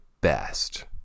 best